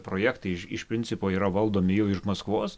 projektai iš principo yra valdomi jau iš maskvos